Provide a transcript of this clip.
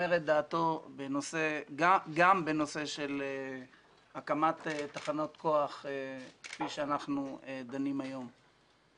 אומר את דעתו גם בנושא של הקמת תחנות כוח כפי שאנחנו דנים בהן היום.